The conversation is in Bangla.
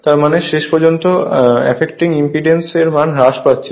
তার মানে শেষ পর্যন্ত আফেক্টিং ইম্পিডেন্স হ্রাস পাচ্ছে